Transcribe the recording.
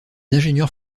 ingénieurs